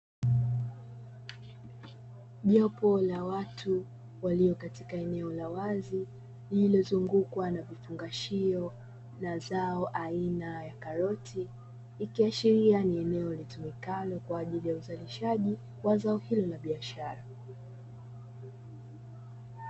Jopo la watu walio katika eneo la wazi, lililozungukwa na vifungashio la zao aina ya karoti, ikiashiria ni eneo litumikalo kwa ajili ya uzalishaji wa zao hilo la biashara.